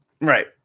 right